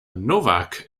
novak